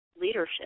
leadership